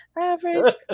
Average